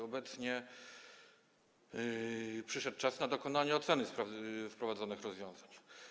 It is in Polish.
Obecnie przyszedł czas na dokonanie oceny wprowadzonych rozwiązań.